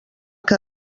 que